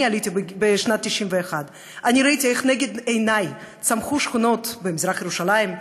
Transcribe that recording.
אני עליתי בשנת 1991. ראיתי איך לנגד עיניי צמחו שכונות במזרח ירושלים,